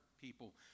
people